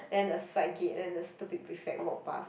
then the side gate and the stupid prefect walk pass